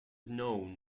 known